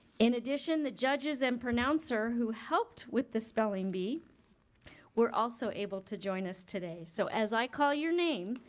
in addition, the judges and pronouncer who helped with the spelling bee were also able to join us today. so, as i call your name,